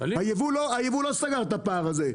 הייבוא לא סגר את הפער הזה.